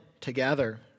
together